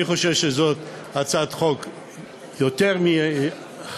אני חושב שזאת הצעת חוק יותר מחשובה.